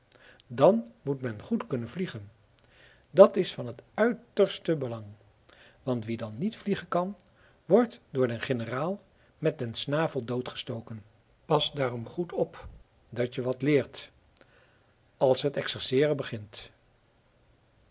dan moet men goed kunnen vliegen dat is van het uiterste belang want wie dan niet vliegen kan wordt door den generaal met den snavel doodgestoken past daarom goed op dat je wat leert als het exerceeren begint